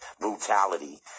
brutality